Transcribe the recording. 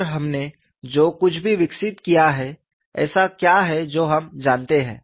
और हमने जो कुछ भी विकसित किया है ऐसा क्या है जो हम जानते हैं